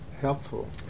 helpful